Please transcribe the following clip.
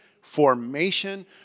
formation